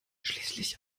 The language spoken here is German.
schließlich